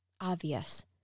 obvious